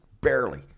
barely